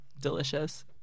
Delicious